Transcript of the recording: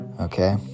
Okay